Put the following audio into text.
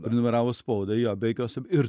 prenumeravo spaudą jo be jokios ir